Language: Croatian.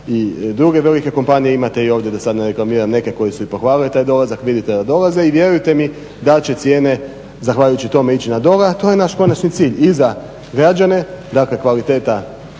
i druge velike kompanije. Imate i ovdje da sad ne reklamiram neke koji su i pohvalili taj dolazak, vidite da dolaze i vjerujte mi da će cijene zahvaljujući tome ići na dobro a to je naš konačni cilj. I za građane, dakle oštrija